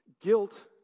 Guilt